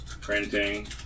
printing